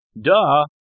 Duh